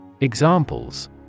Examples